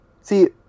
See